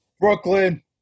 Brooklyn